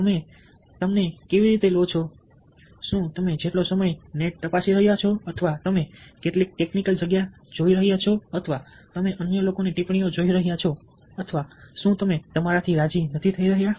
તમે તેમને કેવી રીતે લો છો શું તમે જેટલો સમય નેટ તપાસી રહ્યા છો અથવા તમે કેટલી ટેકનિકલ જગ્યા જોઈ રહ્યા છોઅથવા તમે અન્ય લોકોની ટિપ્પણીઓ જોઈ રહ્યા છો અથવા શું તમે તમારાથી રાજી નથી થઈ રહ્યા